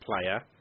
player